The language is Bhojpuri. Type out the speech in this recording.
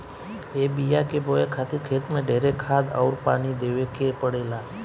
ए बिया के बोए खातिर खेत मे ढेरे खाद अउर पानी देवे के पड़ेला